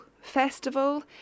festival